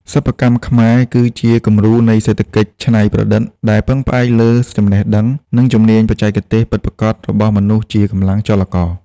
សិប្បកម្មខ្មែរគឺជាគំរូនៃសេដ្ឋកិច្ចច្នៃប្រឌិត ដែលពឹងផ្អែកលើចំណេះដឹង និងជំនាញបច្ចេកទេសពិតប្រាកដរបស់មនុស្សជាកម្លាំងចលករ។